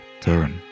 turn